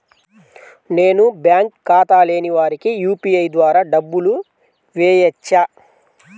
నేను బ్యాంక్ ఖాతా లేని వారికి యూ.పీ.ఐ ద్వారా డబ్బులు వేయచ్చా?